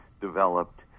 developed